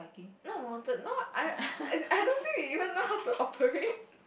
not mountain no I I I don't think you even know how to operate